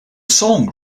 song